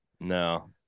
No